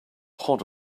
hot